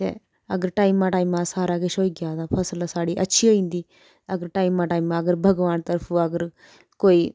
ते अगर टाइमा टाइमा सारा किश होई गेआ तां फसल साढ़ी अच्छी होई जंदी अगर टाइमा टाइमा अगर भगवान तरफूं अगर कोई